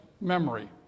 memory